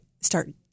start